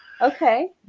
Okay